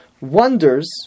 wonders